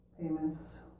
payments